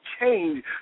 change